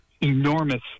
enormous